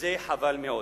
וזה חבל מאוד.